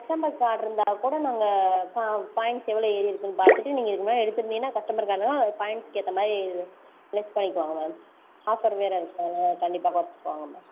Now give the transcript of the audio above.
customer card இருந்தாக்கூட நாங்கள் பா பாயிண்ட்ஸ் எவ்வளோ ஏறிருக்குன்னு பார்த்துட்டு நீங்கள் இதுக்கு மேலே எடுத்துருந்தீங்கன்னா கஸ்டமர் காரடில்தான் பாயிண்ட்ஸ்க்கு ஏற்றமாரி லெஸ் பண்ணிக்குவாங்க மேம் ஆஃபர் வேறு இருக்கனால கண்டிப்பாக குறச்சிக்குவாங்க மேம்